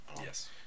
Yes